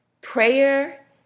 Prayer